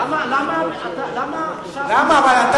למה אתה מדבר?